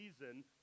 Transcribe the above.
reason